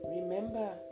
Remember